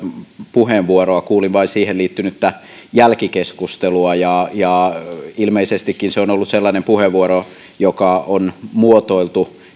puheenvuoroa kuulin vain siihen liittynyttä jälkikeskustelua ilmeisestikin se on ollut sellainen puheenvuoro joka joko on muotoiltu